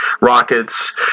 rockets